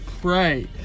pray